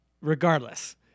regardless